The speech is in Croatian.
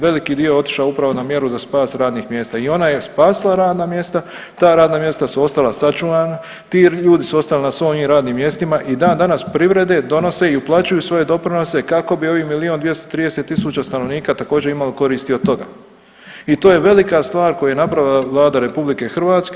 Veliki dio je otišao upravo na mjeru za spas radnih mjesta i onda je spasila radna mjesta, ta radna mjesta su ostala sačuvana, ti ljudi su ostali na svojim radnim mjestima i dandanas privrede, donose i uplaćuju svoje doprinose kako bi ovih milijun 230 stanovnika također, imalo koristi od toga i to je velika stvar koju je napravila Vlada RH.